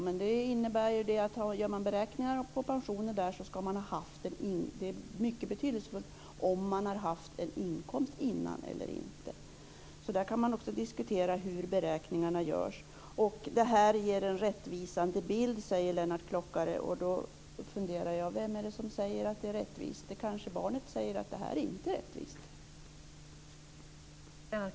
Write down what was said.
Men det innebär ju att om man gör beräkningar när det gäller pensioner är det mycket betydelsefullt om man har haft en inkomst tidigare eller inte. Man kan alltså diskutera hur beräkningarna görs. Lennart Klockare säger också att detta ger en rättvisande bild. Då funderar jag på vem det är som säger att det är rättvist? Barnet kanske säger att det inte är rättvist.